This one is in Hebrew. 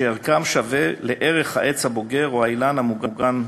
שערכם שווה לערך העץ הבוגר או האילן המוגן,